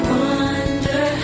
wonder